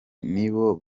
nibo